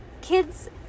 kids